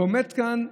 ועומד כאן,